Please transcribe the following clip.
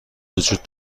وجود